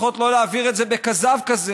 לפחות לא להעביר את זה בכזב כזה,